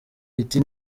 iti